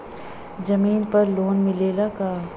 जमीन पर लोन मिलेला का?